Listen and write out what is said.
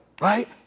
right